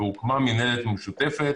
והוקמה מינהלת משותפת